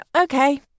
okay